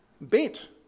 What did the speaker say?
Bent